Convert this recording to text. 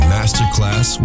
Masterclass